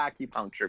acupuncture